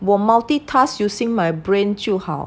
我 multi task using my brain 就好